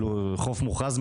חוף מוכרז,